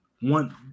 One